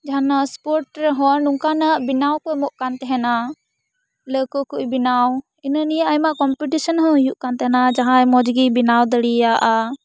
ᱡᱟᱦᱟᱱᱟᱜ ᱥᱯᱳᱴ ᱨᱮᱦᱚᱸ ᱱᱚᱝᱠᱟᱱᱟᱜ ᱵᱮᱱᱟᱣ ᱠᱚ ᱮᱢᱚᱜ ᱠᱟᱱ ᱛᱟᱦᱮᱱᱟ ᱞᱟᱹᱣᱠᱟᱹ ᱠᱩᱡ ᱵᱮᱱᱟᱣ ᱦᱤᱱᱟᱹᱱᱤᱭᱟᱹ ᱟᱭᱢᱟ ᱠᱚᱢᱯᱤᱴᱤᱥᱚᱱ ᱦᱚᱸ ᱦᱩᱭᱩᱜ ᱠᱟᱱ ᱛᱟᱦᱮᱱᱟ ᱡᱟᱦᱟᱸᱭ ᱢᱚᱡᱽ ᱜᱮᱭ ᱵᱮᱱᱟᱣ ᱫᱟᱲᱮᱭᱟᱜᱼᱟ